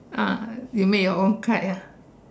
ah you make your own kite ah